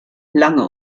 lange